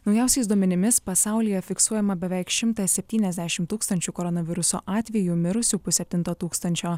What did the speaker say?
naujausiais duomenimis pasaulyje fiksuojama beveik šimtas septyniasdešimt tūkstančių koronaviruso atvejų mirusių pusseptinto tūkstančio